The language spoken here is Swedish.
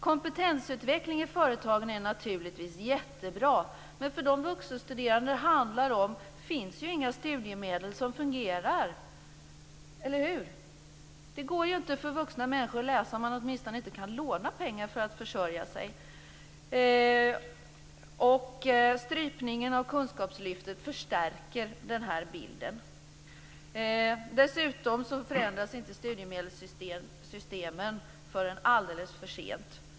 Kompetensutveckling i företagen är naturligtvis jättebra, men för de vuxenstuderande som det handlar om finns det inga studiemedel som fungerar, eller hur? Vuxna människor kan inte studera om de åtminstone inte kan låna pengar för att försörja sig. Strypningen av kunskapslyftet förstärker den bilden. Dessutom förändras studiemedelssystemen inte förrän alldeles för sent.